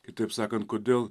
kitaip sakant kodėl